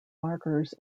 markers